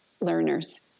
learners